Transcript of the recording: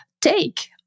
take